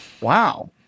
wow